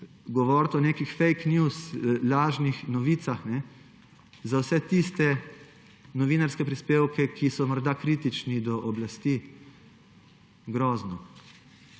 o nekih fake news, lažnih novicah za vse tiste novinarske prispevke, ki so morda kritični do oblasti. Grozno,